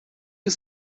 you